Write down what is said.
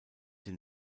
den